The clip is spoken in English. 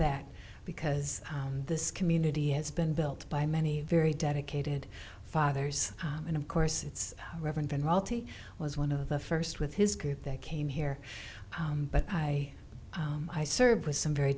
that because this community has been built by many very dedicated fathers and of course it's reverend been royalty was one of the first with his group that came here but i i served with some very